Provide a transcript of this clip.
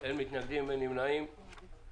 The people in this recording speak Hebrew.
הצבעה בעד (23)